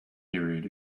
period